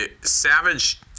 Savage